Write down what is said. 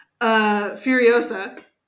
Furiosa